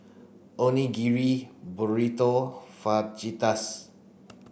Onigiri Burrito Fajitas